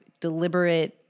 deliberate